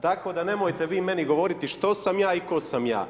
Tako da nemojte vi meni govoriti što sam ja i tko sam ja.